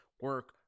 Work